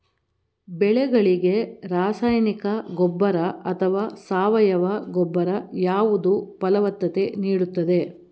ಬೆಳೆಗಳಿಗೆ ರಾಸಾಯನಿಕ ಗೊಬ್ಬರ ಅಥವಾ ಸಾವಯವ ಗೊಬ್ಬರ ಯಾವುದು ಫಲವತ್ತತೆ ನೀಡುತ್ತದೆ?